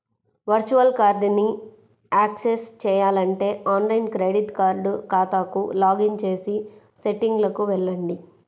virtual కార్డ్ని access చేయాలంటే online credit card ఖాతాకు లాగిన్ చేసి సెట్టింగ్లకు వెళ్లండి